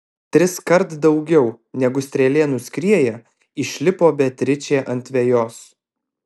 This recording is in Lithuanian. triskart daugiau negu strėlė nuskrieja išlipo beatričė ant vejos